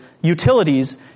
utilities